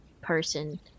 person